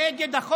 נגד.